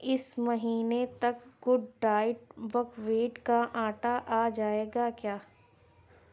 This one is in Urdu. اس مہینے تک گوڈ ڈائٹ بکویٹ کا آٹا آ جائے گا کیا